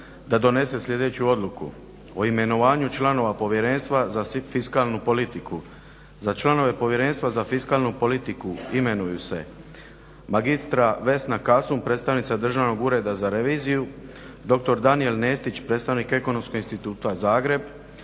da donese sljedeću Odluku o imenovanju članova Povjerenstva za fiskalnu politiku. Za članove Povjerenstva za fiskalnu politiku imenuju se magistra Vesna Kasun, predstavnica Državnog ureda za reviziju, doktor Danijel Nestić, predstavnik Ekonomskog instituta Zagreb,